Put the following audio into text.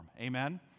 Amen